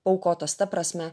paaukotos ta prasme